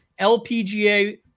LPGA